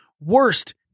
worst